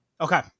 Okay